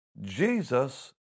Jesus